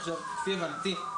עכשיו, כפי הבנתי,